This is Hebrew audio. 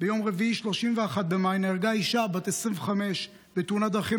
ביום רביעי 31 במאי נהרגה אישה בת 25 בתאונת דרכים